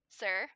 sir